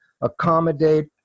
accommodate